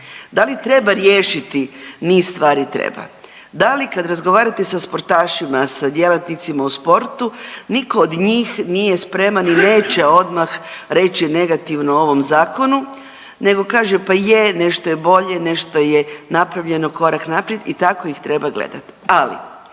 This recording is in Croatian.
Da li treba riješiti niz stvari? Treba. Da li kad razgovarate sa sportašima, sa djelatnicima u sportu niko od njih nije spreman i neće odmah reći negativno o ovom zakonu nego kaže, pa je nešto je bolji, nešto je napravljeno korak naprijed i tako ih treba gledat. Ali,